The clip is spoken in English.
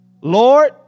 Lord